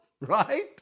Right